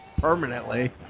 Permanently